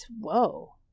whoa